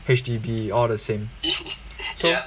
H_D_B all the same so